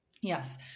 yes